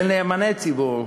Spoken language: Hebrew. של נאמני ציבור,